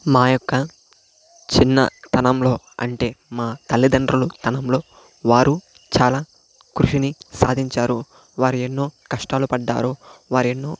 మా యొక్క చిన్నతనంలో అంటే మా తల్లిదండ్రుల తనంలో వారు చాలా కృషిని సాధించారు వారు ఎన్నో కష్టాలు పడ్డారు వారెన్నో